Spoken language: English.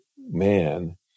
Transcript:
man